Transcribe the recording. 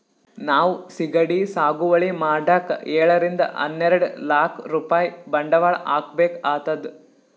ನಾವ್ ಸಿಗಡಿ ಸಾಗುವಳಿ ಮಾಡಕ್ಕ್ ಏಳರಿಂದ ಹನ್ನೆರಡ್ ಲಾಕ್ ರೂಪಾಯ್ ಬಂಡವಾಳ್ ಹಾಕ್ಬೇಕ್ ಆತದ್